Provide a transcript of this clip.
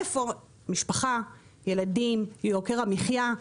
איפה משפחה, ילדים, יוקר המחיה?